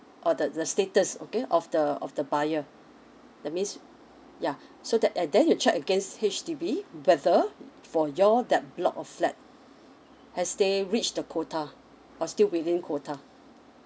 or the the status okay of the of the buyer that means yeah so that and then you check against H_D_B whether for your that block of flat has they reached the quota or still within quota